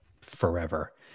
forever